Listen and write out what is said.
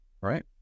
right